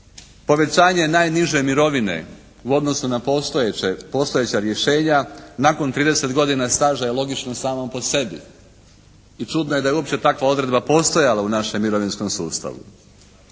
Povećanje najniže mirovine u odnosu na postojeća rješenja nakon 30 godina staža je logično samo po sebi. I čudno je da je uopće takva odredba postojala u našem mirovinskom sustavu.